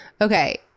okay